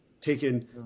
taken